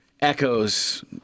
echoes